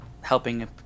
Helping